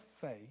faith